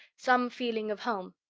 some feeling of home.